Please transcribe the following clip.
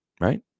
right